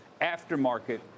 aftermarket